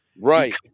right